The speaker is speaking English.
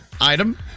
item